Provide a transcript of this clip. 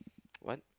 what